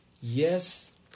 Yes